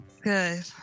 Good